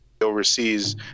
overseas